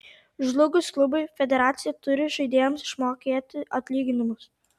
žlugus klubui federacija turi žaidėjams išmokėti atlyginimus